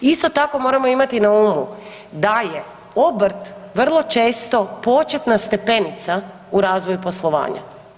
Isto tako, moramo imati na umu da je obrt vrlo često početna stepenica u razvoju poslovanja.